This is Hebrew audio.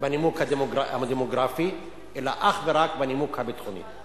בנימוק הדמוגרפי, אלא אך ורק בנימוק הביטחוני.